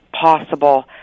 possible